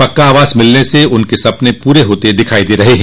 पक्का आवास मिलने से उनके सपने पूरे होते दिखाई दे रहे हैं